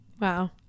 Wow